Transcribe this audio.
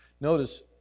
Notice